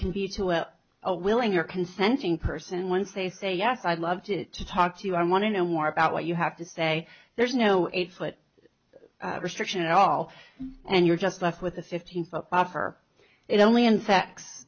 a willing your consenting person once they say yes i loved it to talk to you i want to know more about what you have to say there's no eight foot restriction at all and you're just left with a fifteen foot buffer it only in se